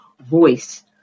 voice